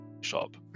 shop